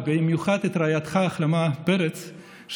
ובמיוחד את רעייתך אחלמה פרץ,